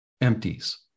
empties